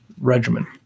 regimen